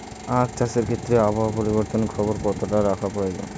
আখ চাষের ক্ষেত্রে আবহাওয়ার পরিবর্তনের খবর কতটা রাখা প্রয়োজন?